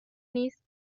نیست